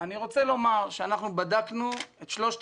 אני רוצה לומר שאנחנו בדקנו את שלושת